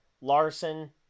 Larson